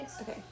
Okay